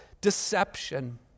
deception